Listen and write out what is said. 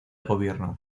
gobierno